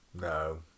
No